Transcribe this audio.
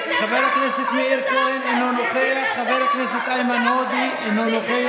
חבר הכנסת מאיר כהן, אינו נוכח.